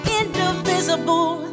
indivisible